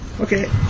Okay